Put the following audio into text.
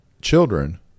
children